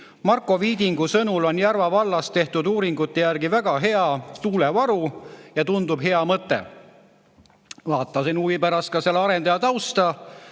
Marko Viidingu sõnul on Järva vallas tehtud uuringute järgi väga hea tuulevaru ja see tundub hea mõte. Vaatasin huvi pärast ka selle arendaja tausta.